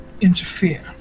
interfere